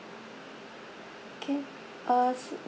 okay uh